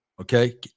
okay